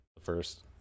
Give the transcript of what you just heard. first